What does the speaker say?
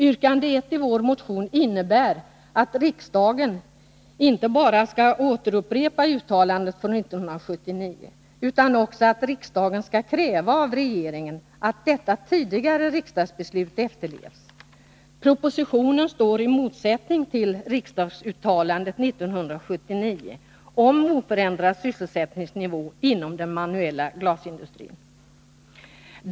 Yrkande 1 i vår motion innebär att riksdagen inte bara skall återupprepa uttalandet från 1979 utan också att riksdagen skall kräva av regeringen att detta tidigare riksdagsbeslut efterlevs. Propositionen står i motsättning till riksdagsuttalandet 1979 om oförändrad sysselsättningsnivå inom den manuella glasindustrin.